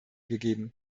gegeben